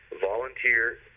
Volunteer